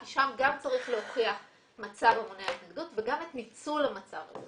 כי שם צריך להוכיח גם מצב המונע התנגדות וגם את ניצול המצב הזה.